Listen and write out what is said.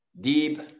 deep